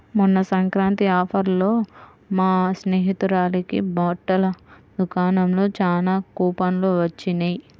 మొన్న సంక్రాంతి ఆఫర్లలో మా స్నేహితురాలకి బట్టల దుకాణంలో చానా కూపన్లు వొచ్చినియ్